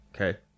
Okay